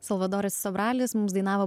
salvadoris sobralis mums dainavo